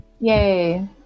Yay